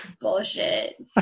Bullshit